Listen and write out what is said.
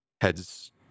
heads